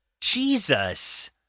Jesus